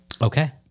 Okay